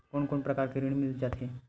कोन कोन प्रकार के ऋण मिल जाथे?